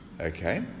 Okay